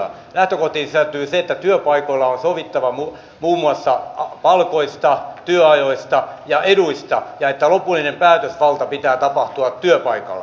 lähtökohtiin sisältyy se että työpaikoilla on sovittava muun muassa palkoista työajoista ja eduista ja että lopullisen päätösvallan pitää tapahtua työpaikalla